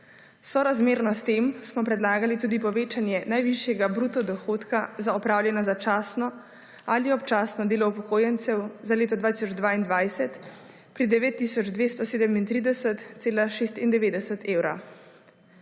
Sorazmerno s tem smo predlagali tudi povečanje najvišjega bruto dohodka za opravljeno začasno ali občasno delo upokojencev za leto 2022 pri 9 tisoč 237,96 evra.